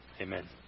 Amen